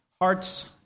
hearts